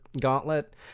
gauntlet